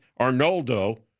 Arnoldo